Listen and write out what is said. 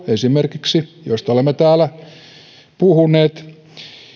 esimerkiksi veronalennuksilla joista olemme täällä puhuneet